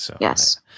Yes